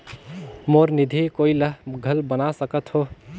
मोर निधि कोई ला घल बना सकत हो?